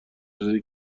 رسیده